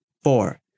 Four